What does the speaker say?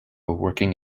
working